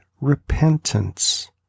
repentance